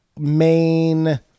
main